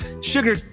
sugar